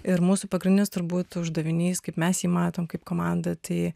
ir mūsų pagrindinis turbūt uždavinys kaip mes jį matom kaip komanda tai